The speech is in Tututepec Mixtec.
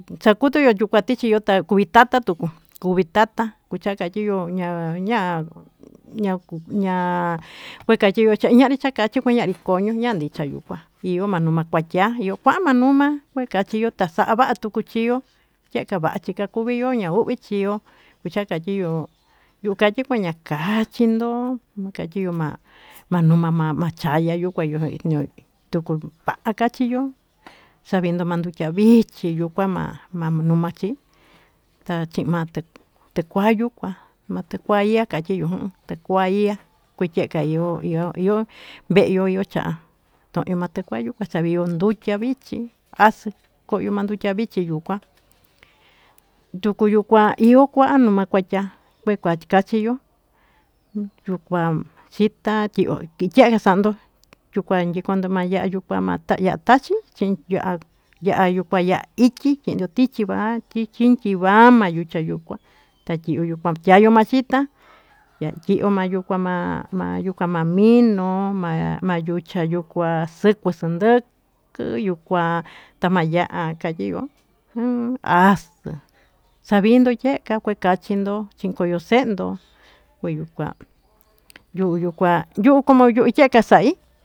Sakutuyo tichiyo takuvi tata tuku kuvi tata kucha'a katyiyo tuku ña ña ña kue katyi io cha'a ña'ri chakachiyo kue ina'ri koño nandicha yukua io ma numa kuatya io kua'a ma numa ta kue kachiyo ta sa'a va'a tuku chio tye'ka va'a chikakuviyo ña uvi chio kucha'a katyiyo yu'u katyi kueña kachindo katyiyo ma numa ma chaya yoyo tuku va'a kachiyo savindo ma ndutya vichi ma ma numachi ta chi'i ma t+kua io kue tyie'ka io io ve'eyo io cha'a to'yo ma t+kua yukua savio ndutya vichi as+ koyo ma ndutyi vichi yukua tuku yukua io kua'an ma numa kutya kue kachiyo io yukua xita tyiyo tye'ka sa'ndo yukua nyikondo ma ya'a yukua ta ya'a taxi ya'a yukua ya'a ityi tyindo chintyiva chintyiva ma yucha yukua ta tyiyo ma yukua tyayo ma xita tyiyo ma ma ma yukua ma mino ma yucha yukua s+kui s+nd+k+ yukua tama ya'a katyiyo j+ as+ savindo tye'ka kue kachindo chi'i koyo se'do kue yukua yu'u yukua como yu'u tyie'ka sai.